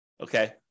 Okay